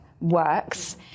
works